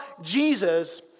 Jesus